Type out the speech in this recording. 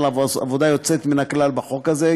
על עבודה יוצאת מן הכלל בחוק הזה,